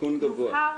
סיכון גבוה.